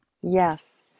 Yes